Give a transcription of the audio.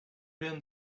been